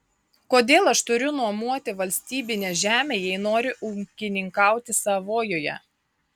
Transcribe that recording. kodėl aš turiu nuomoti valstybinę žemę jei noriu ūkininkauti savojoje